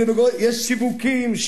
יש שיווקים,